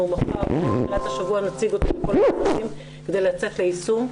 אנחנו מחר או בתחילת השבוע נציג אותה עם כל ה- -- כדי לצאת ליישום,